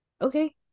okay